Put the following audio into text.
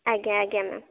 ଆଜ୍ଞା ଆଜ୍ଞା ମ୍ୟାମ୍